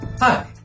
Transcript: Hi